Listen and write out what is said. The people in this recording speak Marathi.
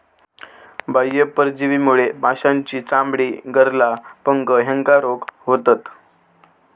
बाह्य परजीवीमुळे माशांची चामडी, गरला, पंख ह्येका रोग होतत